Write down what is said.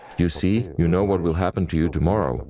you see, you know what will happen to you tomorrow.